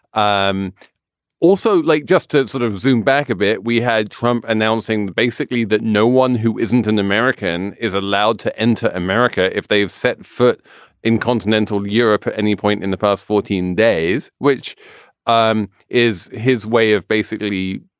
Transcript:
um also, like just to sort of zoom back a bit, we had trump announcing basically that no one who isn't an american is allowed to enter america if they've set foot in continental europe at any point in the past fourteen days, which um is his way of basically.